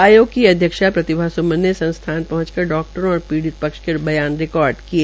आयोग की अध्यक्षा प्रतिभा स्मन ने संस्थान पहंचकर डाक्टरों और पीडि़त पक्ष के बयान रिकॉर्ड किए